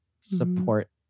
support